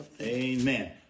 Amen